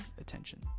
attention